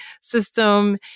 system